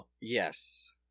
Yes